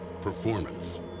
Performance